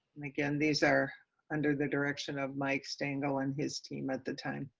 and again, these are under the direction of mike stangle and his team at the time.